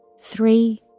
Three